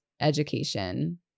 education